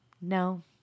No